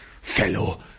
fellow